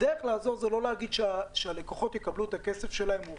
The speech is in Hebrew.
הדרך לעזור זה לא להגיד שהלקוחות יקבלו את הכסף שלהם.